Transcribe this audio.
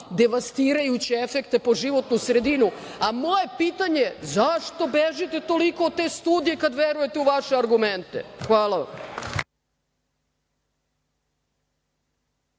devastirajuće efekte po životnu sredinu. Moje je pitanje – zašto bežite toliko od te studije kad verujete u vaše argumente? Hvala vam.